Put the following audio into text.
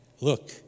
Look